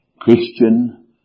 Christian